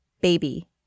baby